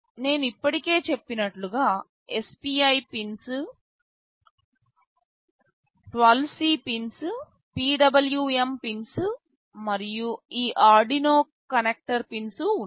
నేను ఇప్పటికే చెప్పినట్లుగా SPI pins I2C pins PWM pins మరియు ఈ ఆర్డునో కనెక్టర్ పిన్స్ ఉన్నాయి